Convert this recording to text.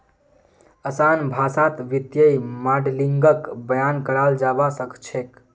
असान भाषात वित्तीय माडलिंगक बयान कराल जाबा सखछेक